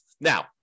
Now